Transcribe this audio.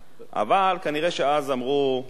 אבל כנראה שאז חשבו,